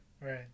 Right